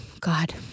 God